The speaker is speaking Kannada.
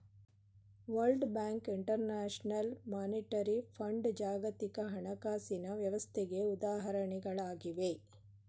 world bank, international monetary fund ಜಾಗತಿಕ ಹಣಕಾಸಿನ ವ್ಯವಸ್ಥೆಗೆ ಉದಾಹರಣೆಗಳಾಗಿವೆ